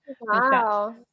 Wow